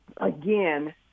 again